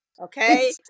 Okay